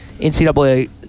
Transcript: NCAA